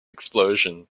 explosion